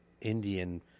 Indian